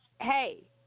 hey